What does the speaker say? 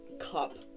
cup